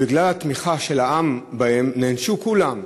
בגלל התמיכה של העם בהם נענשו כולם,